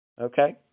Okay